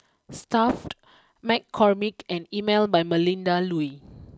Stuff McCormick and Emel by Melinda Looi